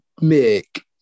make